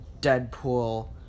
Deadpool